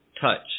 touch